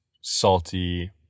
salty